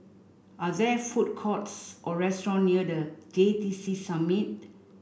are there food courts or restaurants near The J T C Summit